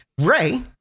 Ray